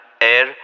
air